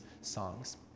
songs